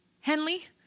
Henley